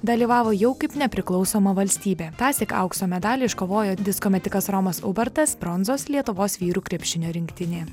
dalyvavo jau kaip nepriklausoma valstybė tąsyk aukso medalį iškovojo disko metikas romas ubartas bronzos lietuvos vyrų krepšinio rinktinė